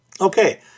Okay